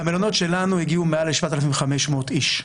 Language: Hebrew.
במלונות שלנו הגיעו מעל ל-7,500 איש.